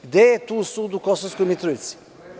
Gde je tu sud u Kosovskoj Mitrovici?